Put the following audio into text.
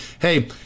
hey